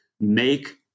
make